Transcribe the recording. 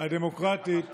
הדמוקרטית